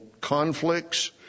conflicts